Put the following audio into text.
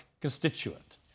constituent